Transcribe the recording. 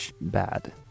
bad